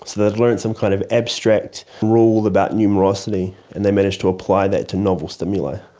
so they had learned some kind of abstract rule about numerosity, and they managed to apply that to novel stimuli.